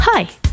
Hi